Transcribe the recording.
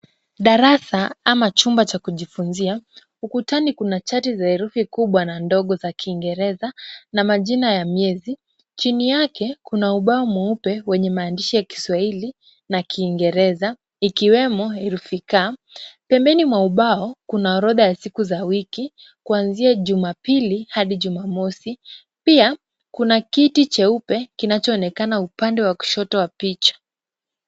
Darasa ama chumba cha kujifunzia. Ukutani kuna chati za herufi kubwa na ndogo za Kiingereza na majina ya miezi. Chini yake kuna ubao mweupe wenye maandishi ya Kiswahili na Kiingereza ikiwemo herufi K. Pembeni mwa ubao kuna orodha ya siku za wiki kuanzia Jumapili hadi Jumamosi. Pia kuna kiti cheupe kinachoonekana upande wa kushoto wa picha.